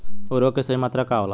उर्वरक के सही मात्रा का होला?